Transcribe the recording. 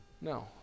No